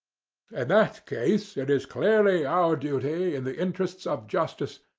and that case it is clearly our duty, in the interests of justice,